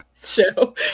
show